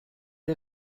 der